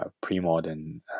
pre-modern